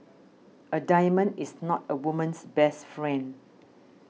a diamond is not a woman's best friend